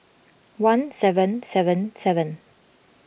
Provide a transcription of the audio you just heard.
one seven seven seven